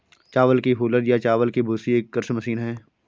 चावल की हूलर या चावल की भूसी एक कृषि मशीन है